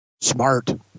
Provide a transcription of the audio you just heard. Smart